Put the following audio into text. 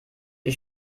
wie